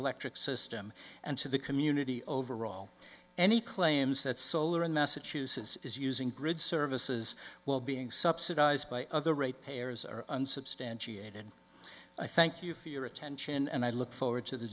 electric system and to the community overall any claims that solar in massachusetts is using grid services while being subsidized by other rate payers are unsubstantiated i thank you for your attention and i look forward to the